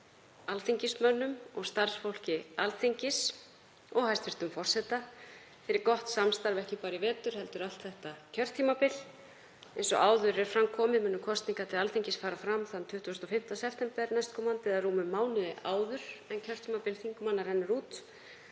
alþingismönnum og starfsfólki Alþingis og hæstv. forseta fyrir gott samstarf, ekki bara í vetur heldur þetta kjörtímabil. Eins og áður er fram komið munu kosningar til Alþingis fara fram þann 25. september næstkomandi eða rúmum mánuði áður en kjörtímabil þingmanna rennur út